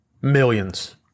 millions